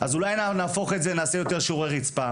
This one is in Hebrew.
אז אולי נהפוך את זה ונעשה יותר שיעורי רצפה?